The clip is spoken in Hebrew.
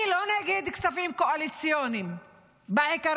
אני לא נגד כספים קואליציוניים בעיקרון,